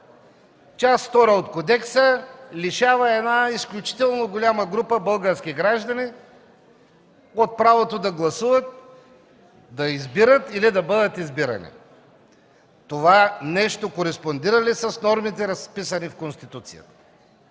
Част втора от кодекса лишава изключително голяма група български граждани от правото да гласуват, да избират, или да бъдат избирани. Това нещо кореспондира ли с нормите, разписани в Конституцията?